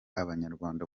abanyarwanda